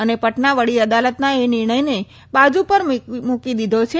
અને પટના વડી અદાલતના એ નિર્ણયને બાજુ પર મૂકી દીધો છે